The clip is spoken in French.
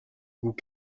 goût